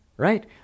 Right